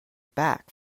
back